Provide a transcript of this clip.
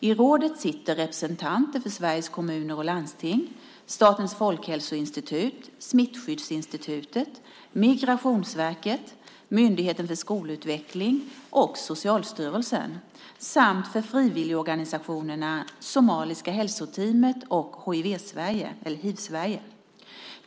I rådet sitter representanter för Sveriges Kommuner och Landsting, Statens folkhälsoinstitut, Smittskyddsinstitutet, Migrationsverket, Myndigheten för skolutveckling och Socialstyrelsen samt för frivilligorganisationerna Somaliska hälsoteamet och Hiv-Sverige.